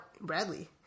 Bradley